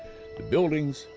the buildings,